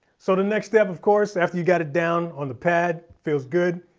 so the next step of course after you got it down on the pad, feels good.